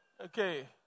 Okay